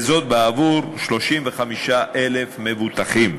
וזאת עבור 35,000 מבוטחים.